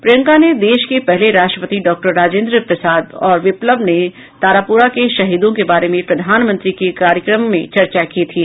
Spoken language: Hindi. प्रियंका ने देश के पहले राष्ट्रपति डॉक्टर राजेन्द्र प्रसाद और विप्लव ने तारापुरा के शहीदों के बारे में प्रधानमंत्री के कार्यक्रम में चर्चा की थी